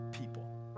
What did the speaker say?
people